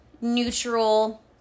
neutral